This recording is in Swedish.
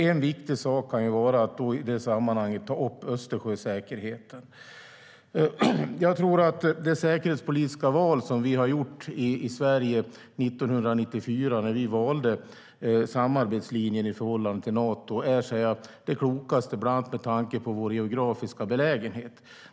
En viktig sak i det sammanhanget kan vara att ta upp Östersjösäkerheten. Jag tror att det säkerhetspolitiska val vi gjorde i Sverige 1994 då vi valde samarbetslinjen i förhållande till Nato var det klokaste, bland annat med tanke på vår geografiska belägenhet.